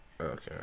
Okay